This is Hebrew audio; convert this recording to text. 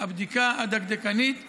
הבדיקה הדקדקנית תימשך.